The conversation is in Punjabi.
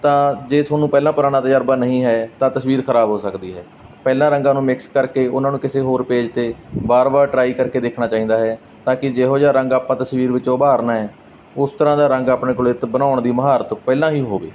ਤਾਂ ਜੇ ਤੁਹਾਨੂੰ ਪਹਿਲਾਂ ਪੁਰਾਣਾ ਤਜਰਬਾ ਨਹੀਂ ਹੈ ਤਾਂ ਤਸਵੀਰ ਖਰਾਬ ਹੋ ਸਕਦੀ ਹੈ ਪਹਿਲਾਂ ਰੰਗਾਂ ਨੂੰ ਮਿਕਸ ਕਰਕੇ ਉਹਨਾਂ ਨੂੰ ਕਿਸੇ ਹੋਰ ਪੇਜ 'ਤੇ ਬਾਰ ਬਾਰ ਟਰਾਈ ਕਰਕੇ ਦੇਖਣਾ ਚਾਹੀਦਾ ਹੈ ਤਾਂ ਕਿ ਜਿਹੋ ਜਿਹਾ ਰੰਗ ਆਪਾਂ ਤਸਵੀਰ ਵਿੱਚੋਂ ਉਭਾਰਨਾ ਹੈ ਉਸ ਤਰ੍ਹਾਂ ਦਾ ਰੰਗ ਆਪਣੇ ਕੋਲੇ ਤਾਂ ਬਣਾਉਣ ਦੀ ਮਹਾਰਤ ਪਹਿਲਾਂ ਹੀ ਹੋਵੇ